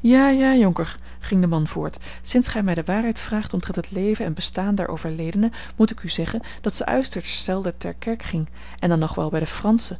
ja ja jonker ging de man voort sinds gij mij de waarheid vraagt omtrent het leven en bestaan der overledene moet ik u zeggen dat ze uiterst zelden ter kerk ging en dan nog wel bij de franschen